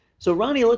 so ronnie, like